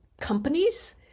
companies